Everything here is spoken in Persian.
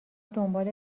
دنبال